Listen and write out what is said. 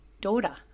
daughter